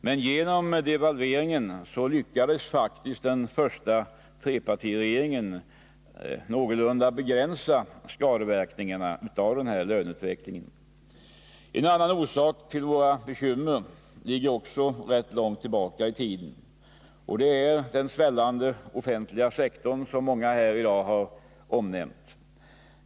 Men genom devalveringen lyckades faktiskt den första trepartiregeringen begränsa skadeverkningarna av denna löneutveckling. En annan orsak till våra bekymmer ligger också rätt långt tillbaka i tiden. Det är den svällande offentliga sektorn, som många här i dag har omnämnt.